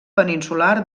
peninsular